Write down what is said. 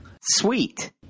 sweet